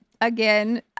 Again